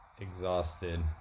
exhausted